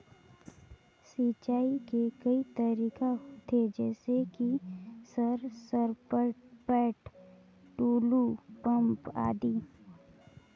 सिंचाई के कई तरीका होथे? जैसे कि सर सरपैट, टुलु पंप, आदि?